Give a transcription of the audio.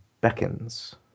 beckons